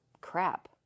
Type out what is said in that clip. crap